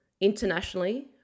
internationally